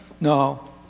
No